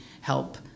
help